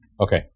Okay